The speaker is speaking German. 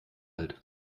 alt